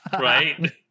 right